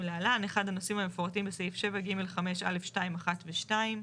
להלן: 1. הנושאים המפורטים בסעיף 7 (ג) 5 א' 2.1 ו-2.